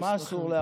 מה אסור?